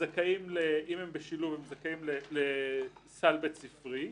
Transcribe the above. אם הם בשילוב הם זכאים לסל בית ספרי,